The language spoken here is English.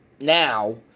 now